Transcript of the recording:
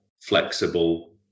flexible